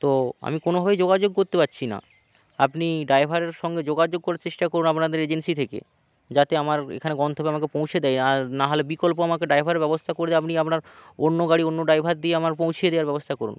তো আমি কোনোভাবেই যোগাযোগ করতে পারছি না আপনি ড্রাইভারের সঙ্গে যোগাযোগ করার চেষ্টা করুন আপনাদের এজেন্সি থেকে যাতে আমার এখানে গন্তব্যে আমাকে পৌঁছে দেয় আর না হলে বিকল্প আমাকে ড্রাইভারের ব্যবস্থা করে আপনি আপনার অন্য গাড়ি অন্য ড্রাইভার দিয়ে আমার পৌঁছে দেওয়ার ব্যবস্থা করুন